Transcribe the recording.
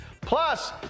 Plus